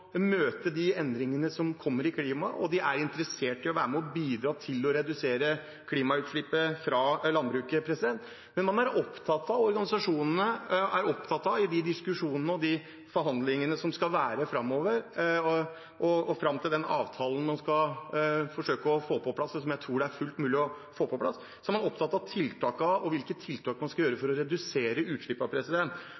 møte de endringene som kommer i klimaet, og de er interessert i å være med og bidra til å redusere klimagassutslippene fra landbruket. I de diskusjonene og forhandlingene som skal være framover, fram til den avtalen man skal forsøke å få på plass – og som jeg tror det er fullt mulig å få på plass – er organisasjonene opptatt av hvilke tiltak man skal